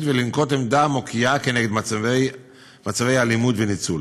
ולנקוט עמדה מוקיעה נגד מצבי אלימות וניצול.